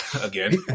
again